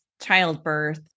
childbirth